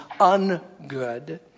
ungood